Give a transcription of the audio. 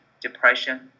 depression